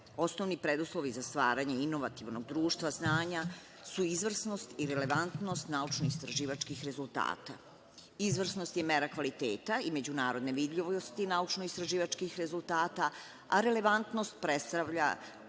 Osnovni preduslovi za stvaranje inovativnog društva znanja su izvrsnost i relevantnost naučno-istraživačkih rezultata. Izvrsnost je mera kvaliteta i međunarodne vidljivosti naučno-istraživačkih rezultata, a relevantnost predstavlja